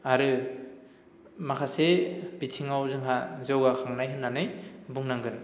आरो माखासे बिथिङाव जोंहा जौगाखांनाय होननानै बुंनांगोन